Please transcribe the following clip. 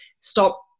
stop